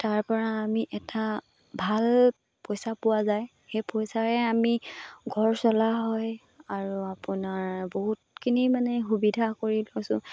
তাৰপৰা আমি এটা ভাল পইচা পোৱা যায় সেই পইচাৰে আমি ঘৰ চলা হয় আৰু আপোনাৰ বহুতখিনি মানে সুবিধা কৰি লৈছোঁ